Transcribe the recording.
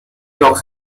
york